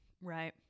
Right